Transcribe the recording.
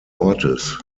ortes